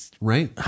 Right